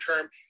term